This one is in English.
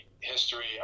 history